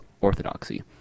orthodoxy